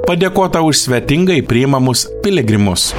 padėkota už svetingai priimamus piligrimus